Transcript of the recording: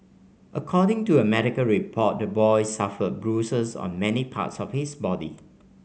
according to a medical report the boy suffered bruises on many parts of his body